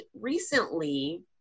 recently